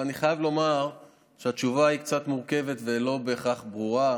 אבל אני חייב לומר שהתשובה היא קצת מורכבת ולא בהכרח ברורה,